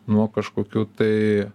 nuo kažkokių tai